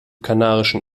kanarischen